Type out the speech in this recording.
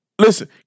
Listen